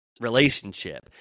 relationship